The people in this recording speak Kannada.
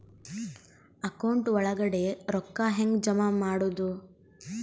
ಅಕೌಂಟ್ ಒಳಗಡೆ ರೊಕ್ಕ ಹೆಂಗ್ ಜಮಾ ಮಾಡುದು?